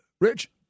Rich